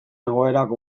egoerak